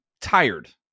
tired